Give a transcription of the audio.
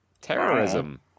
Terrorism